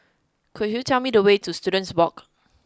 could you tell me the way to Students Walk